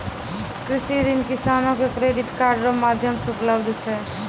कृषि ऋण किसानो के क्रेडिट कार्ड रो माध्यम से उपलब्ध छै